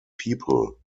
people